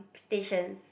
stations